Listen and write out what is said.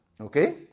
Okay